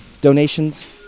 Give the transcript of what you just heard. donations